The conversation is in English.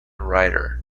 writer